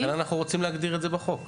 לכן אנחנו רוצים להגדיר את זה בחוק.